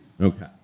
okay